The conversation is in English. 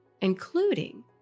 including